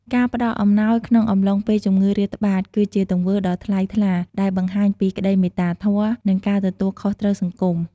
ការផ្តល់អំណោយក្នុងអំឡុងពេលជំងឺរាតត្បាត គឺជាទង្វើដ៏ថ្លៃថ្លាដែលបង្ហាញពី ក្តីមេត្តាធម៌ និងការទទួលខុសត្រូវសង្គម។